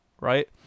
right